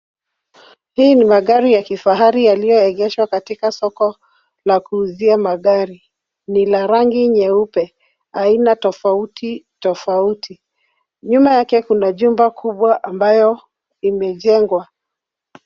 Hii ni magari ya kifahari yaliyoegeshwa katika soko la kuuzia magari. Ni la rangi nyeupe, aina tofauti tofauti. Nyuma yake kuna jumba kubwa ambayo imejengwa.